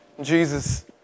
Jesus